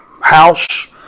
house